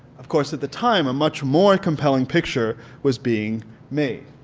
of course at the time a much more compelling picture was being made,